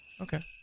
Okay